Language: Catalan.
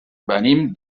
venim